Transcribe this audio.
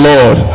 Lord